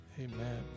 Amen